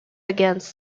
against